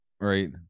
Right